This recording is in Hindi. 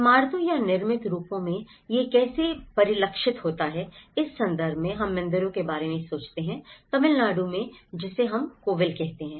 इमारतों या निर्मित रूपों में यह कैसे परिलक्षित होता है इस संदर्भ में हम मंदिरों के बारे में सोचते हैं तमिलनाडु में जिसे हम कोविल कहते हैं